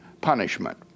punishment